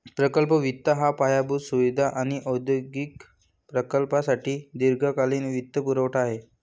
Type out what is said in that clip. प्रकल्प वित्त हा पायाभूत सुविधा आणि औद्योगिक प्रकल्पांसाठी दीर्घकालीन वित्तपुरवठा आहे